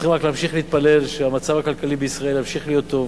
צריכים רק להמשיך ולהתפלל שהמצב הכלכלי בישראל ימשיך להיות טוב,